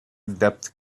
depth